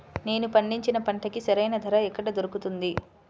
నేను పండించిన పంటకి సరైన ధర ఎక్కడ దొరుకుతుంది?